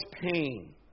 pain